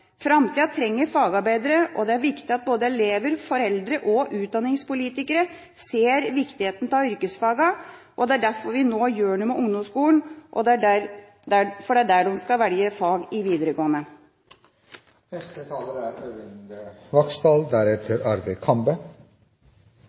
Framtida trenger fagarbeidere, og det er viktig at både elever, foreldre og utdanningspolitikere ser viktigheten av yrkesfagene. Det er derfor vi nå gjør noe med ungdomsskolen, for det er der de skal velge fag i videregående.